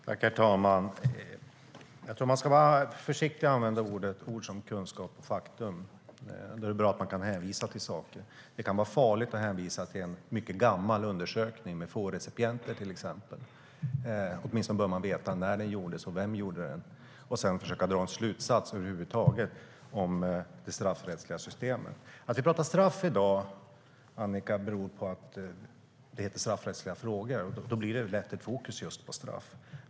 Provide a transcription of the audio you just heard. Herr ålderspresident! Jag tror att man ska vara försiktig med att använda ord som "kunskap" och "faktum". Det är bra att man kan hänvisa till saker. Men det kan vara farligt att hänvisa till en mycket gammal undersökning med få recipienter, till exempel. Åtminstone bör man veta när den gjordes och vem som gjorde den för att sedan försöka dra slutsatser om det straffrättsliga systemet. Att vi pratar straff i dag, Annika, beror på att betänkandet heter Straffrättsliga frågor . Då blir det lätt fokus just på straff.